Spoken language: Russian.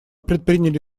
предприняли